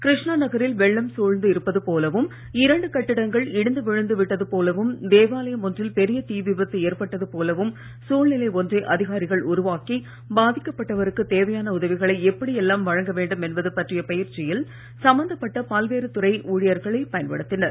கிருஷ்ணா நகரில் வெள்ளம் சூழ்ந்து இருப்பது போலவும் இரண்டு கட்டிடங்கள் இடிந்து விழுந்து விட்டது போலவும் தேவாலயம் ஒன்றில் பெரிய தீ விபத்து ஏற்பட்டது போலவும் சூழ்நிலை ஒன்றை அதிகாரிகள் உருவாக்கி பாதிக்கப்பட்டவருக்கு தேவையான உதவிகளை எப்படி எல்லாம் வழங்க வேண்டும் என்பது பற்றிய பயிற்சியில் சம்பந்தப்பட்ட பல்வேறு துறை ஊழியர்களை ஈடுபடுத்தினர்